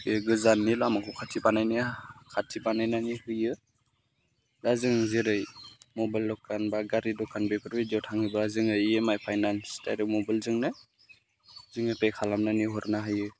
बे गोजाननि लामाखौ खाथि बानायनाया खाथि बानायनानै होयो दा जों जेरै मबाइल दखान बा गारि दखान बेफोरबायदियाव थाङोबा जोङो E M I finance direct मबाइलजोंनो जोङो पे खालामनानै हरनो हायो